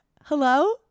Hello